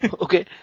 Okay